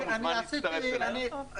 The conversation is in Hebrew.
אתה מוזמן להצטרף אליי.